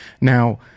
now